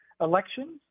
elections